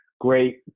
great